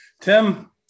tim